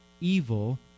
Evil